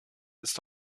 ist